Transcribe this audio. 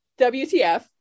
WTF